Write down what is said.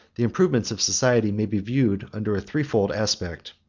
the improvements of society may be viewed under a threefold aspect.